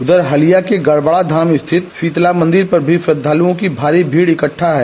उधर हलिया के गड़बड़ा धाम स्थित शीतला मंदिर पर भी श्रधालुओं की भारी भीड़ इकठ्ठा है